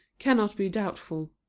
cannot be doubtful.